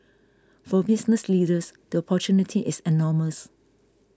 for business leaders the opportunity is enormous